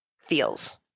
feels